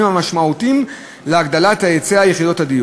המשמעותיים להגדלת היצע יחידות הדיור.